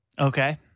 Okay